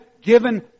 given